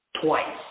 Twice